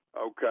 Okay